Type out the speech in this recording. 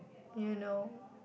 you know